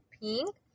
pink